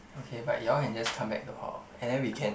okay but you all can just come back to hall and then we can